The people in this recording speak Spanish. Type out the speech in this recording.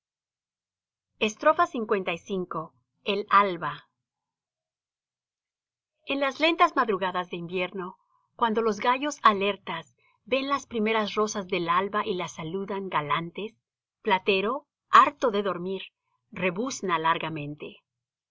dura lv el alba en las lentas madrugadas de invierno cuando los gallos alertas ven las primeras rosas del alba y las saludan galantes platero harto de dormir rebuzna largamente